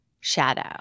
shadow